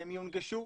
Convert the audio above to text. שהם יונגשו,